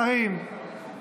חברת הכנסת שפק,